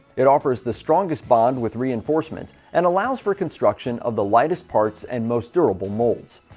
it offers the strongest bond with reinforcement and allows for construction of the lightest parts and most durable molds.